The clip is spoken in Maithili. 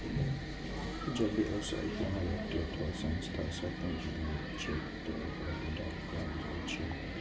जब व्यवसायी कोनो व्यक्ति अथवा संस्था सं पूंजी लै छै, ते ओकरा उधार कहल जाइ छै